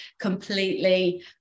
completely